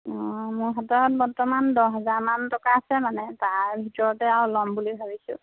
মোৰ হাতত বৰ্তমান দহ হাজাৰমান টকা আছে মানে তাৰ ভিতৰতে আৰু ল'ম বুলি ভাবিছোঁ